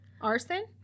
Arson